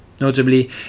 Notably